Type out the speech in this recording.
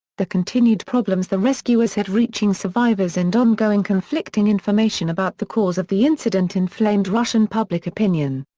the continued problems the rescuers had reaching survivors and ongoing conflicting information about the cause of the incident inflamed russian public opinion.